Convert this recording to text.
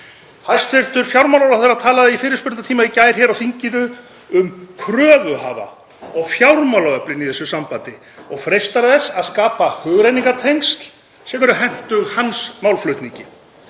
Hæstv. fjármálaráðherra talaði í fyrirspurnatíma í gær hér á þinginu um kröfuhafa og fjármálaöflin í þessu sambandi og freistar þess að skapa hugrenningatengsl sem eru hentug hans málflutningi.